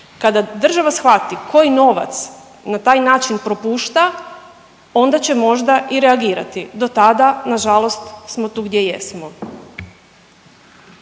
Kada država shvati koji novac na taj način propušta onda će možda i reagirati, dotada nažalost smo tu gdje jesmo.